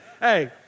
Hey